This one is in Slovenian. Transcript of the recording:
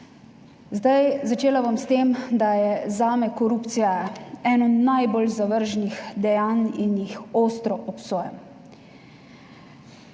Začela bom s tem, da je zame korupcija eno najbolj zavržnih dejanj in jih ostro obsojam.